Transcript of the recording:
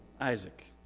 Isaac